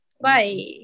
bye